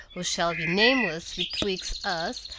who shall be nameless betwixt us,